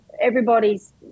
everybody's